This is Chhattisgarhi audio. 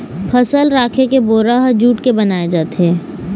फसल राखे के बोरा ह जूट के बनाए जाथे